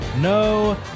No